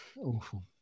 Awful